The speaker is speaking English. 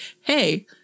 Hey